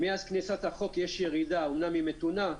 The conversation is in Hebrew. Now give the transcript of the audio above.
מאז כניסת החוק יש ירידה, אומנם היא מתונה.